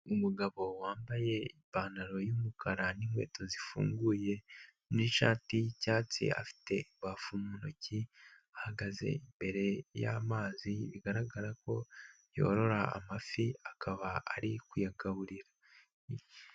Umugabo wambaye ipantaro y'umukara n'inkweto zifunguye n'ishati y'icyatsi afite ibafu mu ntoki, ahagaze imbere y'amazi bigaragara ko yorora amafi akaba ari kuyagaburira.